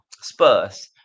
Spurs